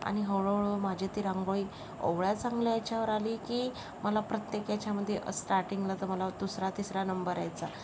आणि हळूहळू माझी ती रांगोळी एवढ्या चांगल्या याच्यावर आली की मला प्रत्येक याच्यामध्ये स्टार्टिंगला तर मला दुसरा तिसरा नंबर यायचा